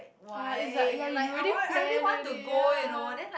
ah is like ya you already plan already ya